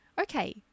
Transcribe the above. Okay